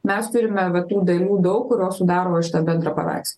mes turime va tų dalių daug kurios sudaro va šitą bendrą paveiks